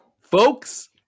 Folks